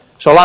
suola